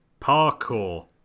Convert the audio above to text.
Parkour